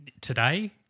today